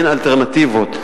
בהתאם לנהלים הקיימים,